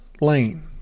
lane